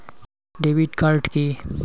Debit card key?